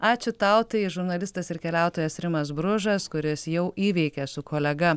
ačiū tau tai žurnalistas ir keliautojas rimas bružas kuris jau įveikė su kolega